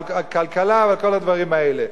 על כלכלה ועל כל הדברים האלה.